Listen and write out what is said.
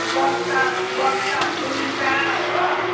गट्टा गट्टा दुइटा हो